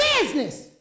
business